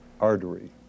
artery